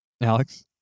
Alex